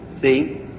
See